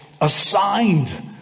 assigned